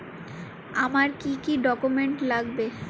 আমার কি কি ডকুমেন্ট লাগবে?